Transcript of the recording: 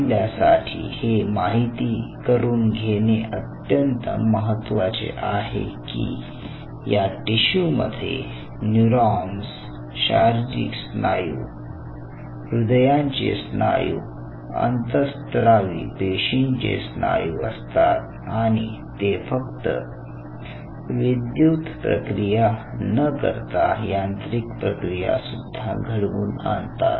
आपल्यासाठी हे माहिती करून घेणे अत्यंत महत्त्वाचे आहे की या टिशू मध्ये न्यूरॉन्स शारीरिक स्नायू हृदयांचे स्नायू अंतःस्रावी पेशींचे स्नायू असतात आणि ते फक्त विद्युत प्रक्रिया न करता यांत्रिक प्रक्रिया सुद्धा घडवून आणतात